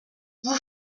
vous